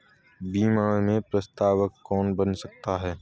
बीमा में प्रस्तावक कौन बन सकता है?